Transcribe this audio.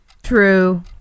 True